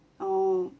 oh